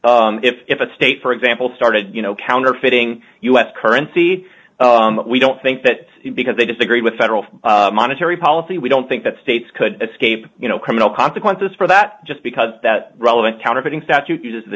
if a state for example started you know counterfeiting us currency we don't think that because they disagree with federal monetary policy we don't think that states could escape you know criminal consequences for that just because that relevant counterfeiting statute uses the